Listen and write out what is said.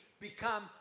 become